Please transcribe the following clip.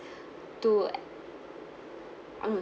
too um